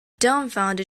dumbfounded